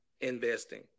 investing